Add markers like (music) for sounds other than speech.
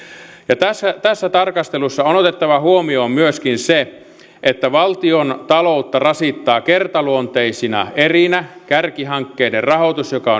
ja tässä tässä tarkastelussa on on otettava huomioon myöskin se että valtiontaloutta rasittaa kertaluonteisina erinä kärkihankkeiden rahoitus joka (unintelligible)